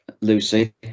Lucy